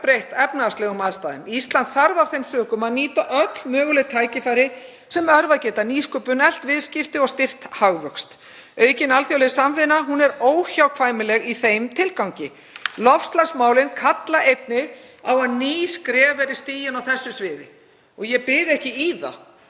gjörbreytt efnahagslegum aðstæðum. Ísland þarf af þeim sökum að nýta öll möguleg tækifæri sem örvað geta nýsköpun, eflt viðskipti og styrkt hagvöxt. Aukin alþjóðleg samvinna er óhjákvæmileg í þeim tilgangi. Loftslagsmálin kalla einnig á að ný skref verði stigin á þessu sviði. Og ég byði ekki í það